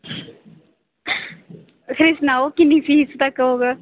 फिरी सनाओ किन्नी फीस तगर होग